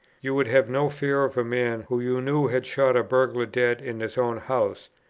you would have no fear of a man who you knew had shot a burglar dead in his own house,